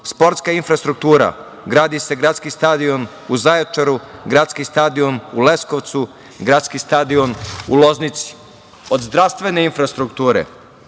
Šapcu. Sportska infrastruktura – gradi se gradski stadion u Zaječaru, gradski stadion u Leskovcu, gradski stadion u Loznici. Od zdravstvene infrastrukture: